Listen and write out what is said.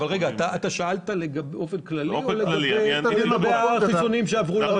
אבל שאלת באופן כללי לגבי החיסונים שעברו לרשות?